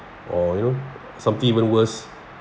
or you know something even worse